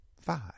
Five